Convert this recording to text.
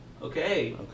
Okay